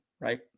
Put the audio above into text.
right